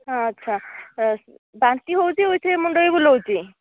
ଆଚ୍ଛା ବାନ୍ତି ହେଉଛି ୱୀଥ୍ ମୁଣ୍ଡ ବି ବୁଲଉଛି